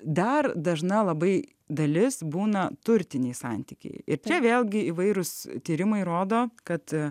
dar dažna labai dalis būna turtiniai santykiai ir tie vėlgi įvairūs tyrimai rodo kad